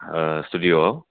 ओ स्टुडिअ'आव